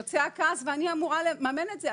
יוצא הכעס, ואני אמורה לממן את זה.